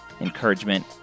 encouragement